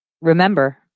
Remember